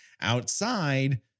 outside